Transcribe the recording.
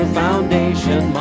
foundation